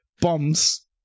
bombs